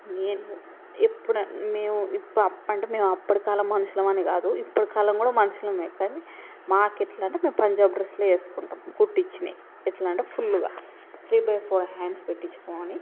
నేను ఎప్పుడు మేము ఇప్ అప్పుడంటే మేము అప్పటి కాలం మనుషులం అని కాదు ఇప్పటి కాలం కూడా మనుషులమే కానీ మాకు ఎట్లంటే మేము పంజాబీ డ్రస్సులే వేసుకుంటాము కుట్టించినవి ఎట్లా అంటే ఫుల్లుగా త్రీ బై ఫోర్ హ్యాండ్స్ పెట్టించుకొని